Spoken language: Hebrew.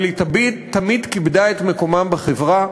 אבל היא תמיד תמיד כיבדה את מקומם בחברה,